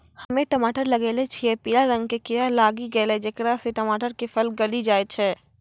हम्मे टमाटर लगैलो छियै पीला रंग के कीड़ा लागी गैलै जेकरा से टमाटर के फल गली जाय छै?